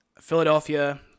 Philadelphia